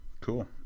cool